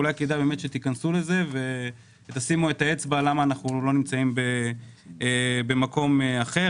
אולי כדאי שתיכנסו לזה ותשימו את האצבע למה אנחנו לא נמצאים במקום אחר.